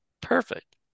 Perfect